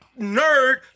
nerd